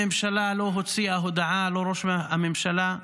הממשלה לא הוציאה הודעה, לא ראש הממשלה,